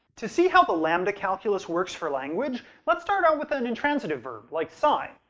to see how the lambda calculus works for language, let's start out with an intransitive verb, like sigh.